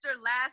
last